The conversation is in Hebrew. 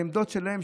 העמדות שלהם,